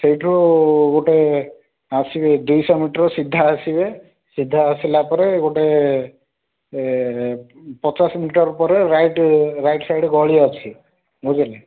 ସେଇଠୁ ଗୋଟେ ଆସିବେ ଦୁଇଶହ ମିଟର୍ ସିଧା ଆସିବେ ସିଧା ଆସିଲା ପରେ ଗୋଟେ ପଚାଶ ମିଟର୍ ପରେ ରାଇଟ୍ ରାଇଟ୍ ସାଇଡ଼୍ ଗଳି ଅଛି ବୁଝିଲେ